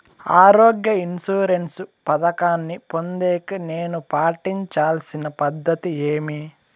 ఆరోగ్య ఇన్సూరెన్సు పథకాన్ని పొందేకి నేను పాటించాల్సిన పద్ధతి ఏమి?